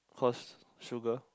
cause sugar